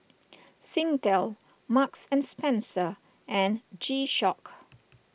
Singtel Marks and Spencer and G Shock